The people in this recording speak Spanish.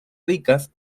ricas